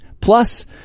Plus